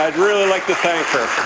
really like to thank her.